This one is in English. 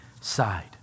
side